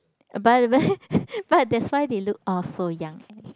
by the way but that's why they all look so young